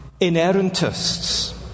inerrantists